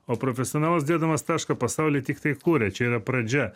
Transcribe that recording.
o profesionalas dėdamas tašką pasaulį tiktai kuria čia yra pradžia